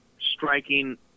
striking